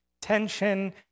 tension